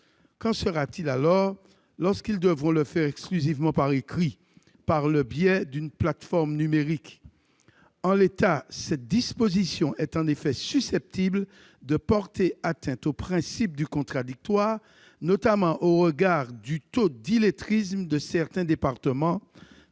qu'en sera-t-il lorsqu'ils devront le faire exclusivement par écrit, par le biais d'une plateforme numérique ? En l'état, cette disposition est susceptible de porter atteinte au principe du contradictoire, notamment au regard du taux d'illettrisme de certains départements,